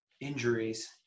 injuries